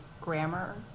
grammar